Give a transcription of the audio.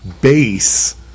base